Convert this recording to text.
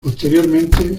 posteriormente